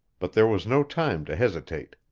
but there was no time to hesitate.